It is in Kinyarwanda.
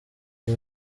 cya